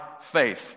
faith